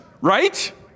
right